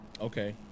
Okay